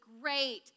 great